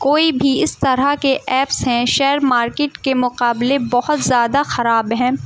کوئی بھی اس طرح کے ایپس ہیں شیئر مارکیٹ کے مقابلے بہت زیادہ خراب ہیں